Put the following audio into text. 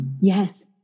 Yes